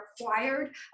acquired